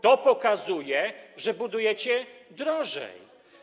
To pokazuje, że budujecie drożej.